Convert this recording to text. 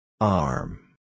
Arm